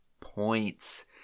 points